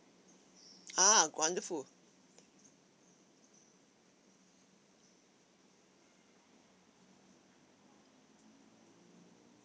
ah wonderful